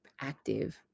active